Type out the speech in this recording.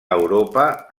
europa